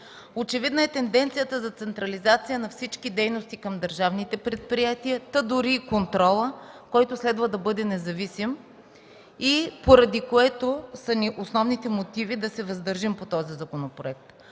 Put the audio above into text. Очевидна е тенденцията за централизация на всички дейности към държавните предприятия, та дори и контролът, който следва да бъде независим, поради което са основните ни мотиви да се въздържим по този законопроект.